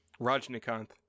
Rajnikanth